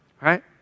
right